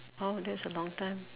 !huh! that's a long time